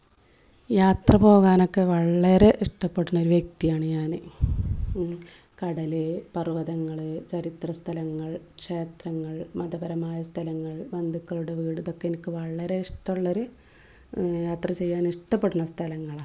യാത്ര പോകാനൊക്കെ വളരെ ഇഷ്ടപ്പെടണ ഒരു വ്യക്തിയാണ് ഞാൻ കടൽ പർവ്വതങ്ങൾ ചരിത്ര സ്ഥലങ്ങൾ ക്ഷേത്രങ്ങൾ മതപരമായ സ്ഥലങ്ങൾ ബന്ധുക്കളുടെ വീട് ഇതൊക്കെ എനിക്ക് വളരെ ഇഷ്ടം ഉള്ളൊരു യാത്ര ചെയ്യാനിഷ്ടപ്പെടുന്ന സ്ഥലങ്ങളാണ്